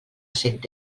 cent